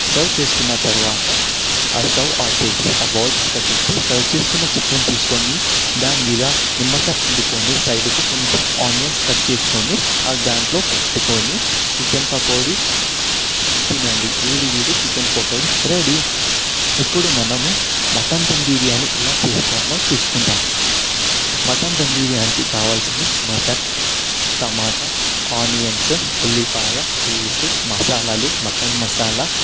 serve చేసుకున్న తరువాత ఆ స్టవ్ ఆఫ్ చేసి ఆ బౌల్ పక్కకి పెట్టి సర్వ్ చేసుకున్న చికెన్ తీసుకొని దాని మీద నిమ్మకాయ పిండుకొని సైడ్కి కొంచెం ఆనియన్స్ కట్ చేసుకొని దాంట్లో పెట్టుకొని చికెన్ పకోడీ తినండి వేడి వేడి చికెన్ పకోడీ రెడీ ఇప్పుడు మనము మటన్ దమ్ బిర్యాని ఎలా చేసుకోవాలో చూసుకుందాము మటన్ దమ్ బిర్యానికి కావాల్సింది మటన్ టమాట ఆనియన్స్ ఉల్లిపాయ పేస్ట్ మసాలాలు మటన్ మసాలా